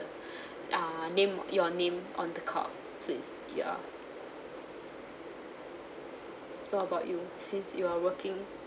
uh name your name on the cup so it's ya what about you since you are working